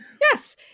Yes